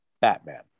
Batman